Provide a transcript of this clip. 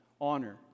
honor